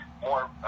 more